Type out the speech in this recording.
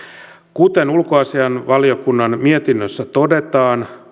kuten ulkoasiainvaliokunnan mietinnössä todetaan